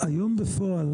היום בפועל,